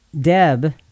Deb